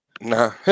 No